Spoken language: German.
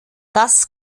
das